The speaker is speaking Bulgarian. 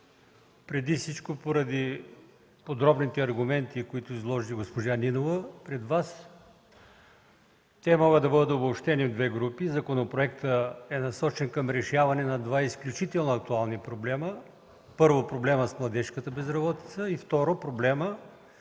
преди всичко поради подробните аргументи, които изложи госпожа Нинова пред Вас. Те могат да бъдат обобщени в две групи. Законопроектът е насочен към решаване на два изключително актуални проблема: първо, проблемът с младежката безработица, вторият проблем е свързан с липсата